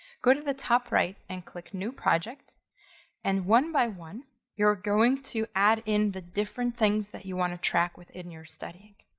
go to the top right and click the new project and one by one you're going to add in the different things that you want to track within your studying.